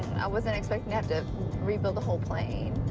i wasn't expecting to have to rebuild a whole plane.